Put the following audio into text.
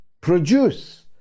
produce